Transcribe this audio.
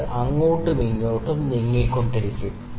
അത് അങ്ങോട്ടും ഇങ്ങോട്ടും നീങ്ങിക്കൊണ്ടിരിക്കും